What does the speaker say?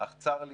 אך צר לי,